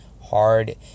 hard